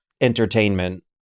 entertainment